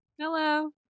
hello